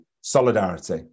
Solidarity